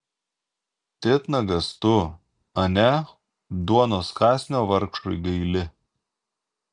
titnagas tu ane duonos kąsnio vargšui gaili